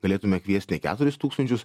galėtume kviest ne keturis tūkstančius